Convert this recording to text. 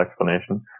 explanation